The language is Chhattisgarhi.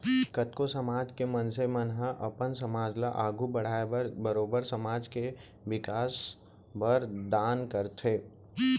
कतको समाज के मनसे मन ह अपन समाज ल आघू बड़हाय बर बरोबर समाज के बिकास बर दान करथे